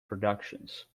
productions